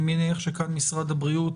אני מניח שכאן משרד הבריאות